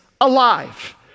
alive